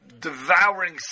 devouring